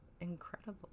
incredible